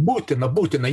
būtina būtina